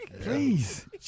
please